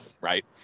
right